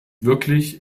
wirklich